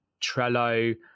Trello